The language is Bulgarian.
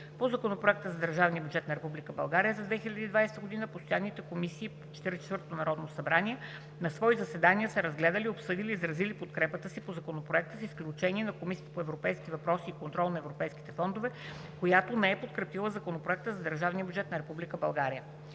По Законопроекта за държавния бюджет на Република България за 2020 г. постоянните комисии на 44-ото Народно събрание на свои заседания са разгледали, обсъдили и изразили подкрепата си по Законопроекта, с изключение на Комисията по европейски въпроси и контрол на европейските фондове, която не е подкрепила Законопроекта за държавния бюджет на